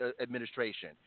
administration